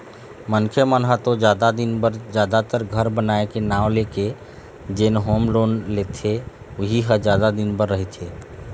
मनखे मन ह तो जादा दिन बर जादातर घर बनाए के नांव लेके जेन होम लोन लेथे उही ह जादा दिन बर रहिथे